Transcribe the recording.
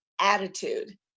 attitude